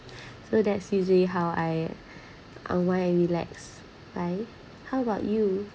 so that's usually how I unwind and relax right how about you